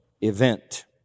event